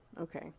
Okay